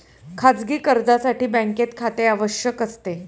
खाजगी कर्जासाठी बँकेत खाते आवश्यक असते